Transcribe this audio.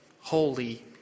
holy